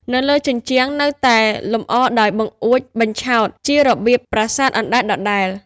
នៅលើ ជញ្ជាំងនៅតែលម្អដោយ បង្អួចបញ្ឆោត ជារបៀបប្រាសាទអណ្តែតដដែល។